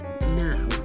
now